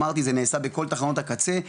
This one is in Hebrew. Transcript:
אמרתי זה נעשה בכל תחנות הקצה,